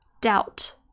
doubt